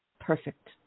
Perfect